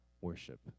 worship